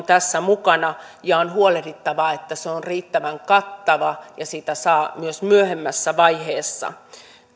tässä mukana ja on huolehdittava että se on riittävän kattava ja sitä saa myös myöhemmässä vaiheessa